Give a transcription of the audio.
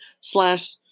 slash